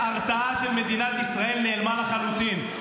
ההרתעה של מדינת ישראל נעלמה לחלוטין.